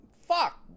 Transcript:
Fuck